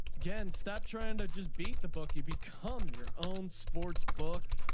again stop trying to just beat the bookie become your own sports book.